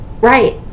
right